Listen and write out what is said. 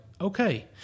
okay